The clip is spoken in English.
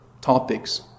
topics